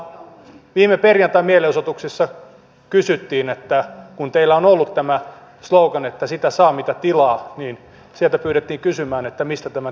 viime perjantain mielenosoituksessa kysyttiin kun teillä on ollut tämä slogan sitä saa mitä tilaa että mistä tämän tilauksen voi perua